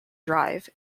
drive